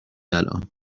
الان